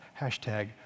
Hashtag